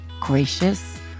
gracious